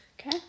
Okay